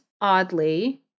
oddly